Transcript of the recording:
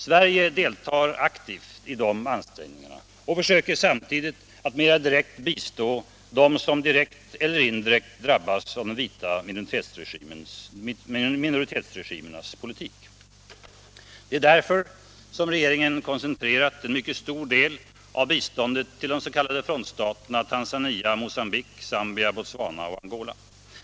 Sverige deltar aktivt i dessa ansträngningar och försöker samtidigt att mera direkt bistå dem som direkt eller indirekt drabbas av de vita minoritetsregimernas politik. Det är därför som regeringen har koncentrerat en mycket stor del av biståndet till de s.k. frontstaterna: Tanzania, Mogambique, Zambia, Botswana och Angola.